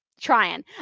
trying